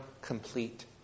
complete